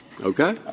Okay